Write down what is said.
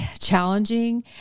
challenging